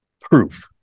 proof